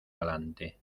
galante